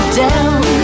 down